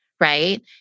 right